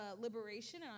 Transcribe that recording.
liberation